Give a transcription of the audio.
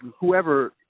whoever –